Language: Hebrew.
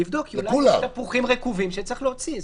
לבדוק אולי יש תפוחים רקובים שצריך להוציא.